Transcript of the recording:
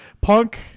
Punk